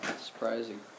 Surprising